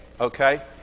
Okay